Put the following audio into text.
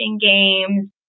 games